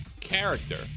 character